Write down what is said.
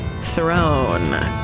Throne